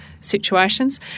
situations